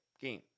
game